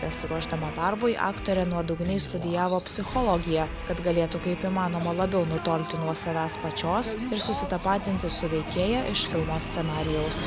besiruošdama darbui aktorė nuodugniai studijavo psichologiją kad galėtų kaip įmanoma labiau nutolti nuo savęs pačios ir susitapatinti su veikėja iš filmo scenarijaus